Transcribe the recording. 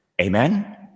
Amen